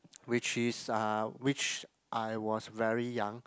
which is uh which I was very young